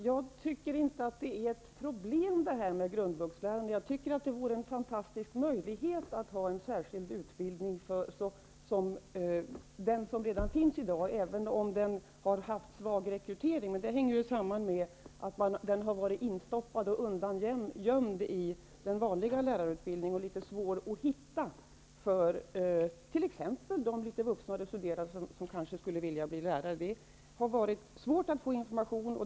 Fru talman! Jag tycker inte att det här med grundvuxlärarna är ett problem. I stället tycker jag att en särskild utbildning som den som redan finns är en fantastisk möjlighet. Jag kan medge att det beträffande denna utbildning har varit en svag rekrytering. Men det hänger ju samman med att utbildningen har varit instoppad och undangömd i den vanliga lärarutbildningen och att det således har varit litet svårt att hitta den för t.ex. vuxna studerande som skulle vilja bli lärare. Det har alltså varit svårt att få information.